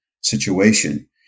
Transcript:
situation